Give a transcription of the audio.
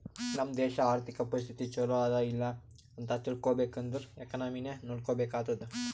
ನಮ್ ದೇಶಾ ಅರ್ಥಿಕ ಪರಿಸ್ಥಿತಿ ಛಲೋ ಅದಾ ಇಲ್ಲ ಅಂತ ತಿಳ್ಕೊಬೇಕ್ ಅಂದುರ್ ಎಕನಾಮಿನೆ ನೋಡ್ಬೇಕ್ ಆತ್ತುದ್